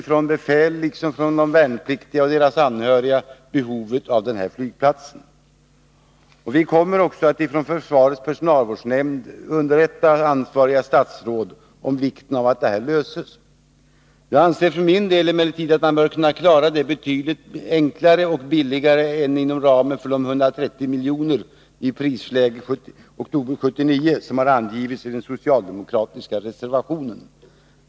Från befälets, de värnpliktigas och deras anhörigas sida underströks då behovet av denna flygplats. Försvarets personalvårdsnämnd kommer också att underrätta det ansvariga statsrådet om vikten av att den här frågan löses. Jag anser emellertid för min del att man bör kunna klara detta betydligt enklare och billigare än inom ramen för de 130 milj.kr. enligt prisläget i oktober 1979 som har angivits i den socialdemokratiska reservationen.